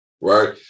Right